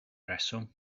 reswm